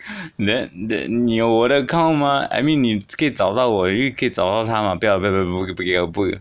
then the~ 你有我的 account mah I mean 你可以找到我也又可以找到她 mah 不要不要不要不要不可以不